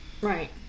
Right